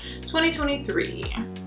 2023